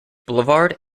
boulevard